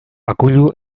akuilu